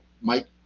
Mike